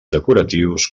decoratius